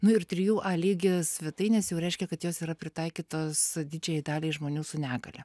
nu ir trijų a lygis svetainės jau reiškia kad jos yra pritaikytos didžiajai daliai žmonių su negalia